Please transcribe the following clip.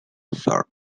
sort